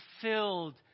filled